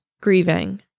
grieving